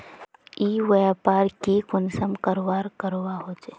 ई व्यापार की कुंसम करवार करवा होचे?